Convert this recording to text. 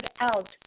out